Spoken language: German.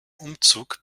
umzug